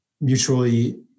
mutually